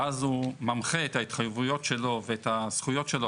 ואז הוא ממחא את ההתחייבויות שלו ואת הזכויות שלו,